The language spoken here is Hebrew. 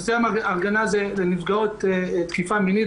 מרכזי הגנה זה לנפגעות תקיפה מינית,